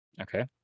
Okay